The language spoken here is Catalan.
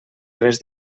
res